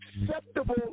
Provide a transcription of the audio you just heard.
acceptable